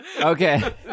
Okay